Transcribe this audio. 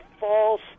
false